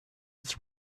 its